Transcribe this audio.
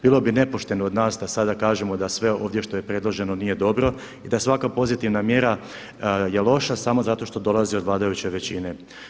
Bilo bi nepošteno od nas da sada kažemo da sve ovdje što je predloženo nije dobro i da svaka pozitivna mjera je loša samo zato što dolazi od vladajuće većine.